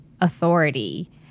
authority